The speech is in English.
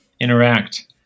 interact